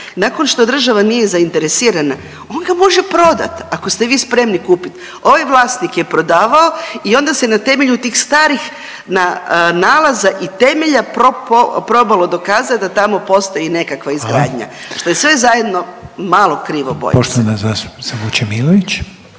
Nakon što država nije zainteresirana on ga može prodat ako ste vi spremni kupit. Ovaj vlasnik je prodavao i onda se na temelju tih starih nalaza i temelja probalo dokazat da tamo postoji nekakva izgradnja…/Upadica Reiner: Hvala/…što je sve zajedno malo krivo bojim